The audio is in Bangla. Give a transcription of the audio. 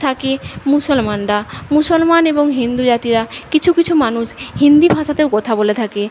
থাকে মুসলমানরা মুসলমান এবং হিন্দু জাতিরা কিছু কিছু মানুষ হিন্দি ভাষাতেও কথা বলে থাকে